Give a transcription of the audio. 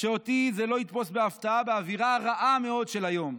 שאותי זה לא יתפוס בהפתעה באווירה הרעה מאוד של היום.